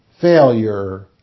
failure